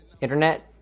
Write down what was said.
internet